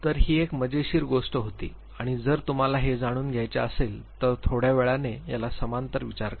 तर ही एक मजेशीर गोष्ट होती आणि जर तुम्हाला हे जाणून घ्यायचे असेल तर थोड्या वेळाने याला समांतर विचार करा